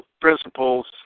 principles